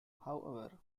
however